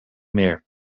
meer